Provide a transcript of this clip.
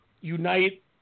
unite